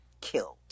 killed